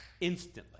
Instantly